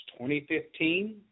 2015